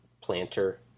Planter